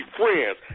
friends